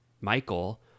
Michael